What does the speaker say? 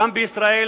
גם בישראל